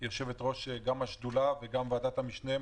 יושבת-ראש גם של השדולה וגם של ועדת המשנה,